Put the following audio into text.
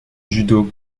judo